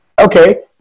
okay